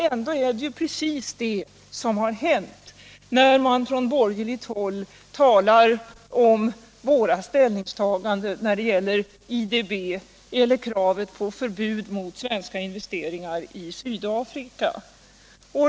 Ändå är det ju precis det som har hänt, när man på borgerligt håll talar om våra ställningstaganden när det gäller IDB eller vårt krav på förbud mot svenska investeringar i Sydafrika.